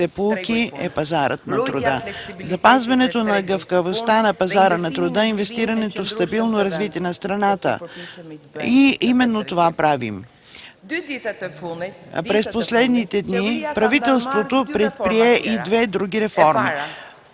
поуки е пазарът на труда. Запазването на гъвкавостта на пазара на труда, инвестирането в стабилно развитие на страната и правим именно това. През последните дни правителството предприе и две други реформи.